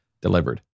delivered